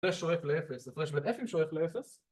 זה שואף לאפס, הפרש בין אפים שואף לאפס